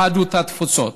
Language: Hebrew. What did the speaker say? יהדות התפוצות.